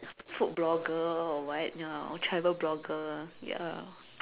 food blogger or what ya or travel blogger ya